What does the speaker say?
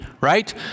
right